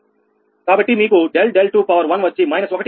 కాబట్టి మీకు ∆𝛿2 వచ్చి −1